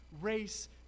race